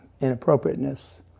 inappropriateness